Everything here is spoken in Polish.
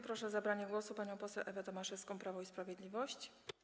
Proszę o zabranie głosu panią poseł Ewę Tomaszewską, Prawo i Sprawiedliwość.